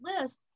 list